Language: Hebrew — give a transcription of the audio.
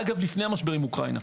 אגב לפני המשבר עם אוקראינה.